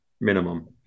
minimum